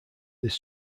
this